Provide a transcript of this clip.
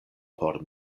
por